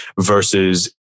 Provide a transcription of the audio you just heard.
versus